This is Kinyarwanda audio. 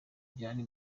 byari